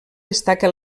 destaca